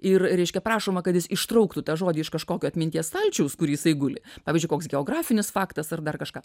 ir reiškia prašoma kad jis ištrauktų tą žodį iš kažkokio atminties stalčiaus kur jisai guli pavyzdžiui koks geografinis faktas ar dar kažką